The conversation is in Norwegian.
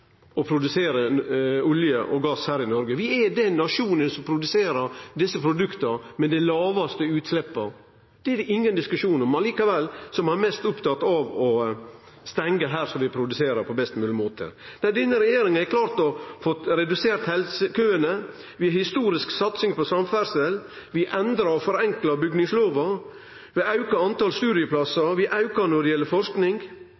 å produsere olje og gass her i Noreg. Vi er den nasjonen som produserer desse produkta med dei lågaste utsleppa. Det er det ingen diskusjon om. Likevel er ein mest opptatt av å stengje her som vi produserer på best mogleg måte. Denne regjeringa har klart å redusere helsekøane, vi har ei historisk satsing på samferdsel, vi endrar og